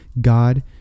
God